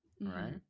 Right